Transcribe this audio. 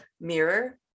mirror